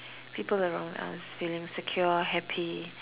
people around us feeling secure happy